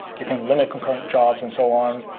you can limit concurrent jobs, and so on.